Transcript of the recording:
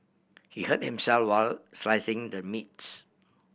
he hurt while slicing the meats